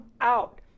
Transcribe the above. out